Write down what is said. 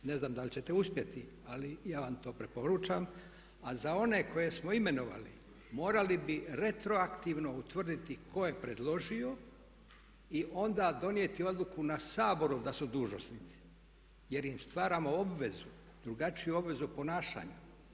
Ne znam da li ćete uspjeti, ali ja vam to preporučam, a za one koje smo imenovali morali bi retroaktivno utvrditi tko je predložio i onda donijeti odluku na Saboru da su dužnosnici jer im stvaramo obvezu, drugačiju obvezu ponašanja.